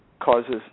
causes